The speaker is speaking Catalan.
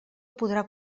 podrà